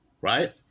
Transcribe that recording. right